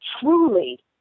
truly